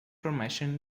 formation